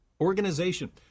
organization